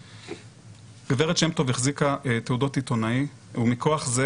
גב' שם טוב החזיקה תעודת עיתונאי ומכוח זה,